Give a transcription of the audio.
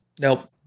Nope